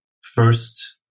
First